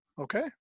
Okay